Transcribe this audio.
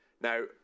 Now